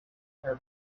her